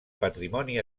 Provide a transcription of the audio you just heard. patrimoni